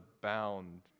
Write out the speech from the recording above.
bound